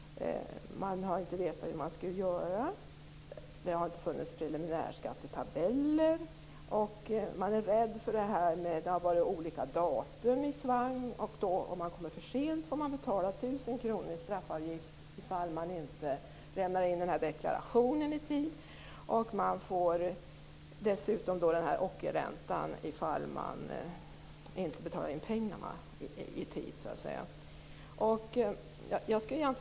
Man har inte vetat hur man skall göra. Det har inte funnits preliminärskattetabeller, och man har varit rädd på grund av att olika datum har varit i svang. Om man inte lämnar in deklarationen i tid, får man betala 1 000 kr i straffavgift. Om man inte betalar in pengarna i tid, får man dessutom betala en ockerränta.